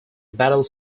battle